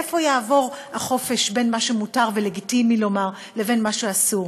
איפה יעבור הגבול בין מה שמותר ולגיטימי לומר לבין מה שאסור,